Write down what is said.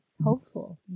hopeful